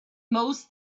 most